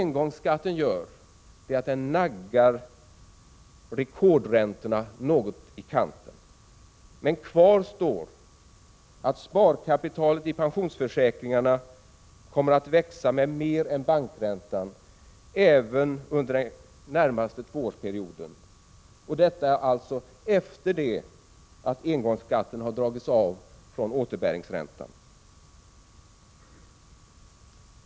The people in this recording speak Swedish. Engångsskatten naggar rekordräntorna något i kanten, men kvar står att sparkapitalet i pensionsförsäkringarna kommer att växa med mer än bankräntan, även under den närmaste tvåårsperioden. Detta är alltså efter det att engångsskatten har dragits av från återbäringsräntan.